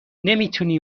نمیتونی